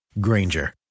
Granger